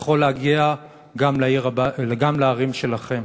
יכול להגיע גם לערים שלכם,